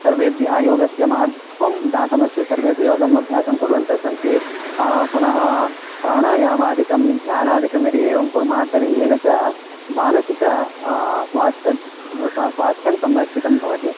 सर्वेभ्यः योगस्य महत्वं दातव्यम् अस्ति सर्वेपि योगाभ्यासं कुर्वन्तः सन्ति पुनः प्राणायामादिकं ध्यानादिकं यदि एवं कुर्मः तर्हि येन च मानसिकं स्वास्थ्यं स्वास्थ्यं संरक्षितं भवति